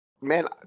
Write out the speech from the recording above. man